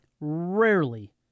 rarely